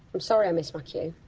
i'm sorry i missed my cue.